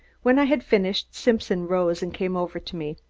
when i had finished, simpson rose and came over to me.